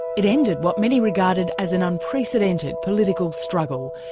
it ended what many regarded as an unprecedented political struggle.